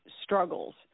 struggles